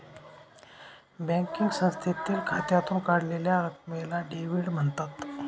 banking संस्थेतील खात्यातून काढलेल्या रकमेला डेव्हिड म्हणतात